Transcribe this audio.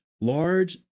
large